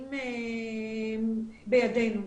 שנמצאים בידינו.